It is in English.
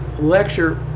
lecture